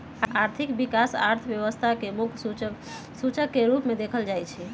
आर्थिक विकास अर्थव्यवस्था के मुख्य सूचक के रूप में देखल जाइ छइ